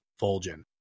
Fulgen